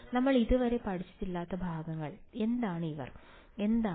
നമ്മൾ ഇതുവരെ പഠിച്ചിട്ടില്ലാത്ത ഭാഗങ്ങൾ എന്താണ് ഇവർ എന്താണ് ഇവർ